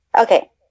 Okay